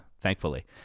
thankfully